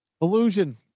Illusion